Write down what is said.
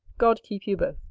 god keep you both.